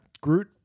Groot